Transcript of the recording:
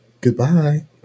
Goodbye